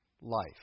life